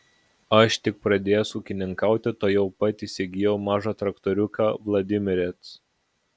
aš tik pradėjęs ūkininkauti tuojau pat įsigijau mažą traktoriuką vladimirec